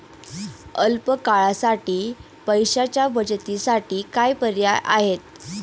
अल्प काळासाठी पैशाच्या बचतीसाठी काय पर्याय आहेत?